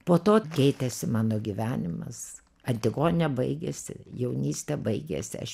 po to keitėsi mano gyvenimas antigonė baigėsi jaunystė baigėsi aš